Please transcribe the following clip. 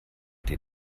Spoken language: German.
dir